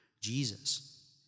Jesus